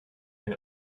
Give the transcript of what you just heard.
and